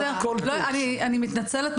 אני ממש מתנצלת,